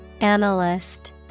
Analyst